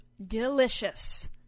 delicious –